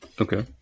Okay